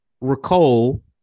recall